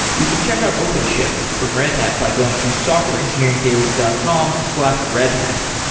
you can check out openshift from red hat by going to softwareengineeringdaily dot com slash redhat.